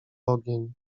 ogień